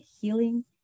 healing